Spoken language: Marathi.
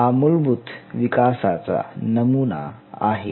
हा मूलभूत विकासाचा नमुना आहे